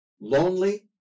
lonely